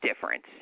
difference